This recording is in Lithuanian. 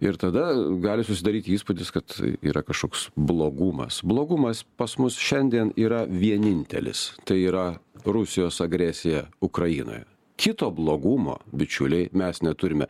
ir tada gali susidaryti įspūdis kad yra kažkoks blogumas blogumas pas mus šiandien yra vienintelis tai yra rusijos agresija ukrainoje kito blogumo bičiuliai mes neturime